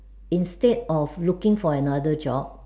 instead of looking for another job